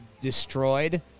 destroyed